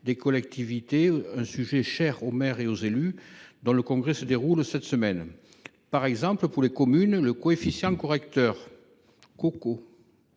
des collectivités, un sujet cher aux élus, en particulier aux maires, dont le congrès se déroule cette semaine. Par exemple, pour les communes, le coefficient correcteur, censé